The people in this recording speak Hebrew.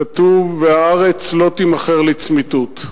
כתוב "והארץ לא תמכר לצמִתֻת".